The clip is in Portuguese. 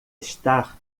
estar